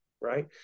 right